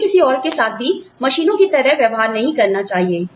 हमें किसी और के साथ भी मशीनों की तरह व्यवहार नहीं करना चाहिए